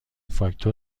فاکتور